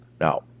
Now